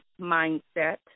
mindset